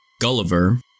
Gulliver